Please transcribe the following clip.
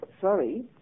sorry